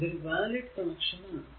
ഇതൊരു valid connection ആണ്